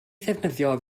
ddefnyddio